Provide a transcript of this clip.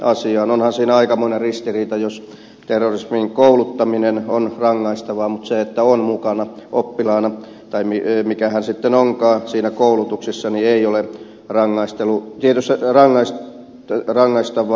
onhan siinä aikamoinen ristiriita jos terrorismiin kouluttaminen on rangaistavaa mutta se että on mukana oppilaana tai mikä hän sitten onkaan siinä koulutuksessa ei ole rangaistavaa